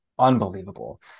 Unbelievable